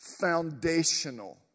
foundational